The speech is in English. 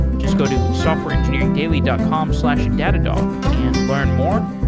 just go to softwareengineeringdaily dot com slash datadog and learn more.